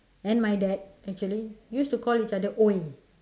and my dad actually used to call each other !oi!